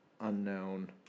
unknown